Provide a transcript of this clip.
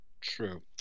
True